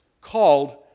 called